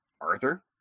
Arthur